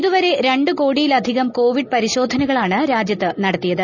ഇതുവരെ രണ്ട് കോടിയിലധികം കോവിഡ് പരിശോധനകളാണ് രാജ്യത്ത് നടത്തിയത്